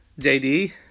JD